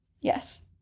yes